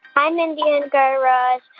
hi, mindy and guy raz.